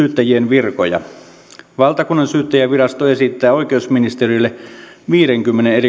virkoja valtakunnansyyttäjänvirasto esittää oikeusministeriölle viidenkymmenen erikoissyyttäjän viran